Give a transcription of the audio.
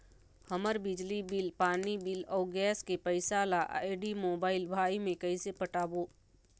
हमर बिजली बिल, पानी बिल, अऊ गैस के पैसा ला आईडी, मोबाइल, भाई मे कइसे पटाबो?